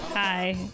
Hi